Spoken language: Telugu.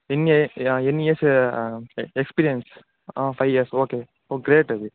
ఎన్ని ఎన్ని years experience five years okay oh great అది